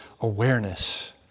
awareness